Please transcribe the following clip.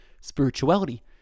spirituality